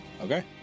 Okay